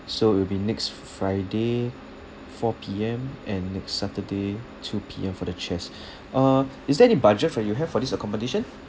so it will be next friday four P_M and next saturday two P_M for the chess uh is there any budget for you have for this accomodation